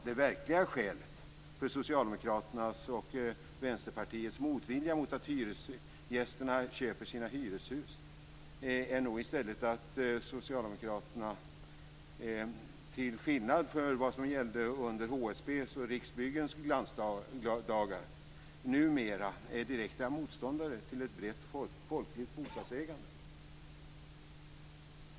Det verkliga skälet till Socialdemokraternas och Vänsterpartiets motvilja mot att hyresgästerna köper sina hyreshus är nog i stället att de, till skillnad mot vad som gällde under HSB:s och Riksbyggens glansdagar, numera är direkta motståndare till ett brett folkligt bostadsägande.